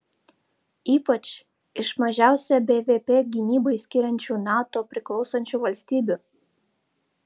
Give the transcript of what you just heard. ypač iš mažiausią bvp gynybai skiriančių nato priklausančių valstybių